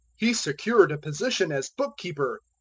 he secured a position as book-keeper.